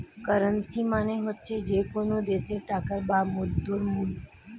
currency মানে হচ্ছে যে কোনো দেশের টাকার বা মুদ্রার মূল্য